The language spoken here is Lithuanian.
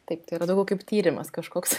taip tai yra daugiau kaip tyrimas kažkoks